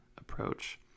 approach